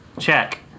Check